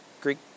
Greek